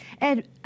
Ed